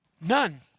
None